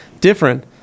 different